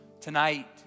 tonight